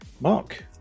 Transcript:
Mark